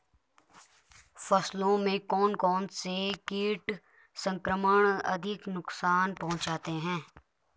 फसलों में कौन कौन से कीट संक्रमण अधिक नुकसान पहुंचाते हैं?